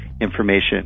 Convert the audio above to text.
information